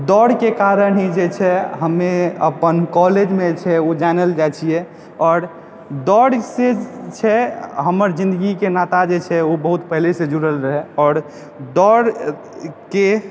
दौड़ के कारण ही जे छै हमे अपन कॉलेज मे छै ओ जानल जाइ छियै आओर दौड़ से छै हमर ज़िंदगी के नाता जे छै ओ बहुत पहिले सॅं जूडल रहै आओर दौड़ के